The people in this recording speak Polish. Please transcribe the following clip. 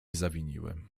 zawiniłem